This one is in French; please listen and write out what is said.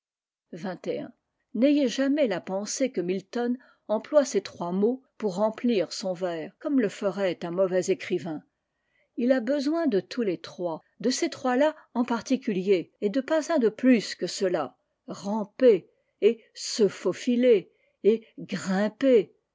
n'ayez jamais la pensée que milton emploie ces trois mots pour remplir son vers commeleferait un mauvais écrivain i li a besoin de tous les trois t de ces trois iàenparticulier et de pas un de plus que t ceux ià ramper et sefaun er et grimper